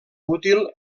útil